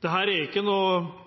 Dette er ikke